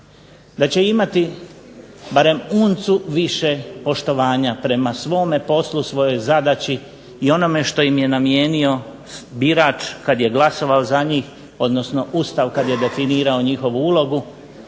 da će imati barem uncu više poštovanja prema svome poslu, svojoj zadaći i onome što im je namijenio birač kada je glasovao za njih odnosno Ustav kada je definirao njihovu ulogu